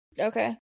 okay